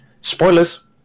spoilers